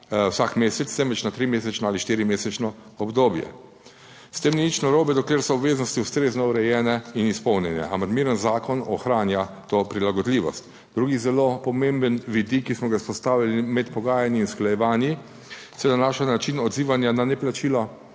vsak mesec, temveč na trimesečno ali štirimesečno obdobje. S tem ni nič narobe, dokler so obveznosti ustrezno urejene in izpolnjene. Amandmiran zakon ohranja to prilagodljivost. Drugi zelo pomemben vidik, ki smo ga izpostavili med pogajanji in usklajevanji, se nanaša na način odzivanja na neplačilo